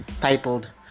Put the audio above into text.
titled